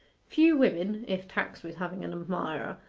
few women, if taxed with having an admirer,